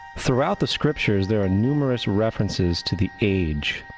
throughout the scripture there are numerous references to the age.